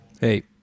Hey